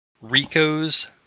Rico's